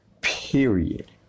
Period